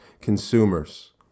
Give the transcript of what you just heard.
Consumers